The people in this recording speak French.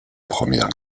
première